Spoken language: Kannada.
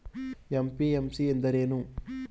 ಎಂ.ಪಿ.ಎಂ.ಸಿ ಎಂದರೇನು?